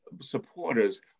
supporters